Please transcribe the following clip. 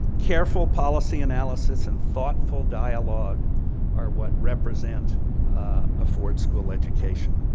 careful policy analysis and thoughtful dialogue are what represent a ford school education.